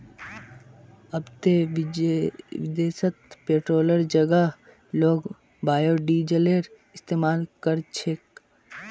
अब ते विदेशत पेट्रोलेर जगह लोग बायोडीजल इस्तमाल कर छेक